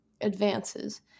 advances